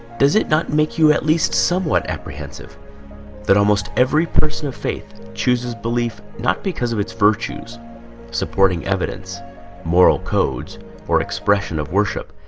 does it not make you at least somewhat apprehensive that almost every person of faith chooses belief not because of its virtues supporting evidence moral codes or expression of worship,